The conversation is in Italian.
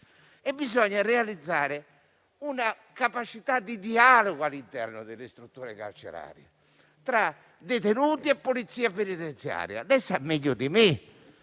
Bisogna creare capacità di dialogo all'interno delle strutture carcerarie, tra detenuti e polizia penitenziaria. Sa meglio di me